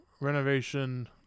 renovation